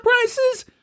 prices